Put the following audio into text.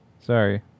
Sorry